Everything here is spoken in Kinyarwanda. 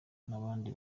n’abandi